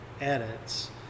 edits